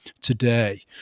today